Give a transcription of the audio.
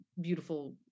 beautiful